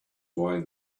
why